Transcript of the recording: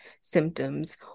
symptoms